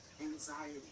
anxiety